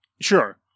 Sure